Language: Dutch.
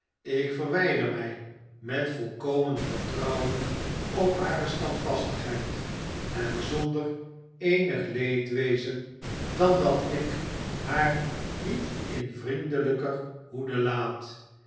ik verwijder mij met volkomen vertrouwen op hare standvastigheid en zonder eenig leedwezen dan dat ik haar niet in vriendelijker hoede laat